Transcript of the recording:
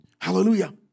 Hallelujah